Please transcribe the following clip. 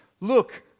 Look